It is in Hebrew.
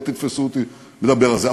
לא תתפסו אותי מדבר על זה.